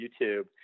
YouTube